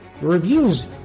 reviews